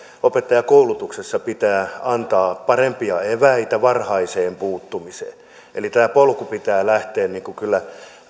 opettajakoulutuksessa pitää antaa parempia eväitä varhaiseen puuttumiseen eli tämän polun pitää lähteä kyllä